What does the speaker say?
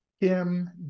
Kim